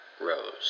rose